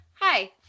hi